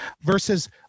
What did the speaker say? versus